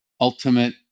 ultimate